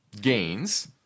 gains